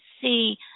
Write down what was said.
see